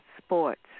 Sports